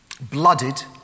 Blooded